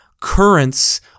currents